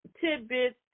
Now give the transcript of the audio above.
tidbits